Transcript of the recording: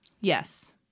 Yes